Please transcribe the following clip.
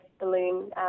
balloon